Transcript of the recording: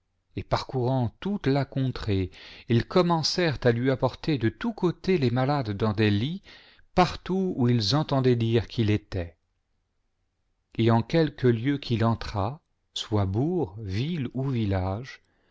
et parcourant touto la contrée ils commencèrent à lui apporter de tous côtés les malades dans des lits partout où ils entendaient dire qu'il était et en quelque lieu qu'il entrât soit bourgs villes ou villages